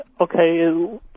Okay